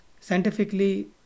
scientifically